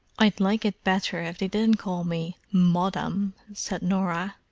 i'd like it better if they didn't call me moddam, said norah.